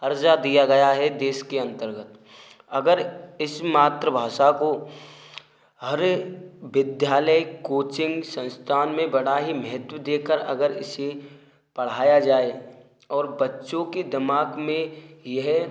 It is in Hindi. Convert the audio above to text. हर्जा दिया गया है देश के अन्तर्गत अगर इस मातृभाषा को हरे विद्यालय कोचिंग संस्थान में बड़ा ही महत्व देकर अगर इसे पढ़ाया जाए और बच्चों के दिमाग में यह